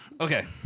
Okay